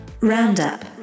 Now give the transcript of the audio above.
Roundup